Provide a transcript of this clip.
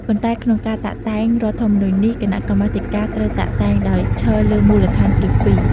ប៉ុន្តែក្នុងការតាក់តែងរដ្ឋធម្មនុញ្ញនេះ គណៈកម្មាធិការត្រូវតាក់តែងដោយឈរលើមូលដ្ឋានគ្រឹះពីរ។